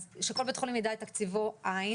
אז שכל בית חולים ידע את תקציבו - אין,